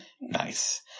Nice